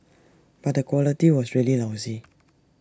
but the quality was really lousy